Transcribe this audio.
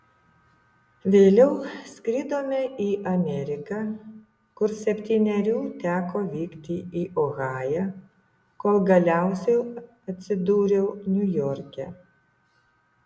vėliau skridome į ameriką kur septynerių teko vykti į ohają kol galiausiai atsidūriau niujorke